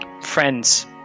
friend's